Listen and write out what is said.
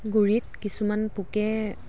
গুৰিত কিছুমান পোকে